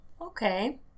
Okay